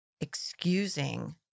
excusing